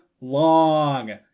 long